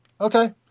Okay